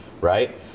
right